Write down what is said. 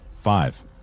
Five